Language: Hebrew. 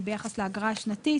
וביחס לאגרה השנתית